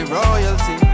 royalty